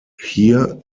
hier